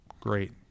great